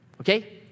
Okay